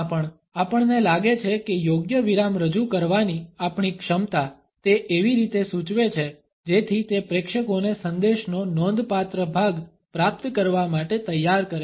ઔપચારિક ભાષણમાં પણ આપણને લાગે છે કે યોગ્ય વિરામ રજૂ કરવાની આપણી ક્ષમતા તે એવી રીતે સૂચવે છે જેથી તે પ્રેક્ષકોને સંદેશનો નોંધપાત્ર ભાગ પ્રાપ્ત કરવા માટે તૈયાર કરે